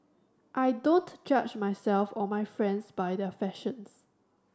I don't judge myself or my friends by their fashions